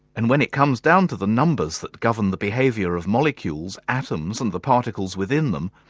and when it comes down to the numbers that govern the behaviour of molecules, atoms and the particles within them,